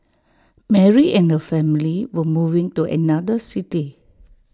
Mary and her family were moving to another city